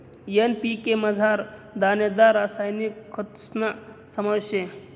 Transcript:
NPK मझार दानेदार रासायनिक खतस्ना समावेश शे